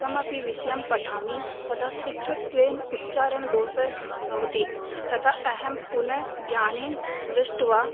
कमपि विषयं पठामि तदा शीघ्रत्वेन उच्चारणदोषः भवति तदा अहं पुनः ध्यानेन दृष्ट्वा